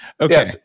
Okay